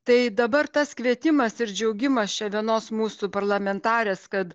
tai dabar tas kvietimas ir džiaugimas čia vienos mūsų parlamentarės kad